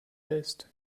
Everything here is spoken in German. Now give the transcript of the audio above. west